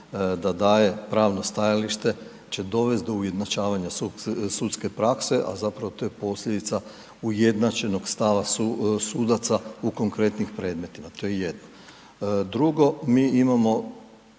da daje pravna stajalište, će dovesti do ujednačavanja sudske prakse a zapravo to je posljedica ujednačenog stava sudaca u konkretnim predmetima, to je jedno. Drugo mi imamo